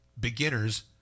beginners